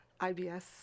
IBS